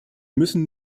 müssen